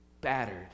battered